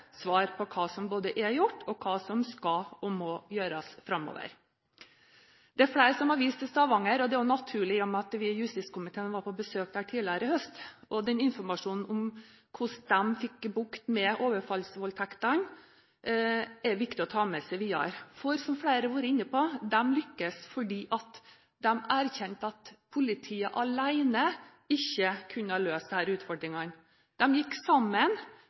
svar på hva som er gjort, og hva som skal og må gjøres framover. Det er flere som har vist til Stavanger. Det er naturlig i og med at justiskomiteen var på besøk der tidligere i høst. Den informasjonen vi fikk der om hvordan de fikk bukt med overfallsvoldtektene, er det viktig å ta med seg videre. Som flere har vært inne på, lyktes de fordi de erkjente at politiet alene ikke kunne løse disse utfordringene. Der gikk man sammen for å mobilisere og få de